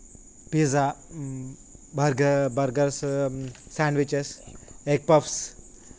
pizza burger burgers sandwiches egg puffs